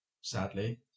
sadly